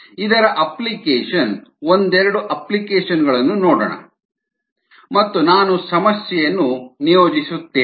ಇದರ ಅಪ್ಲಿಕೇಶನ್ ಒಂದೆರಡು ಅಪ್ಲಿಕೇಶನ್ ಗಳನ್ನು ನೋಡೋಣ ಮತ್ತು ನಾನು ಸಮಸ್ಯೆಯನ್ನು ನಿಯೋಜಿಸುತ್ತೇನೆ